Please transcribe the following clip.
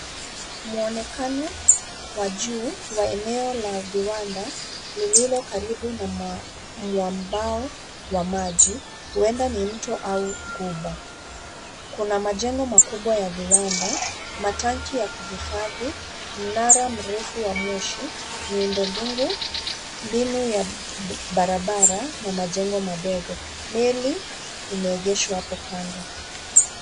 Muonekano wa juu wa eneo la viwanda lililo karibu na mwambao wa maji; huenda ni mto au gumba. Kuna majengo makubwa ya viwanda, matanki ya kuhifadhi, mnara mrefu wa moshi, miundo mbinu ya barabara na majengo madogo. Meli imeegeshwa hapo kando